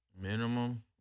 Minimum